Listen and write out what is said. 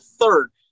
third